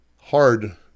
hard